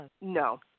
No